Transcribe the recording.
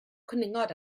cwningod